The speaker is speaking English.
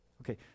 Okay